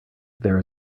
there